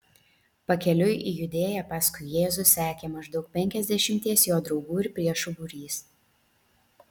pakeliui į judėją paskui jėzų sekė maždaug penkiasdešimties jo draugų ir priešų būrys